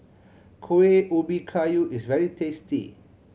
Kueh Ubi Kayu is very tasty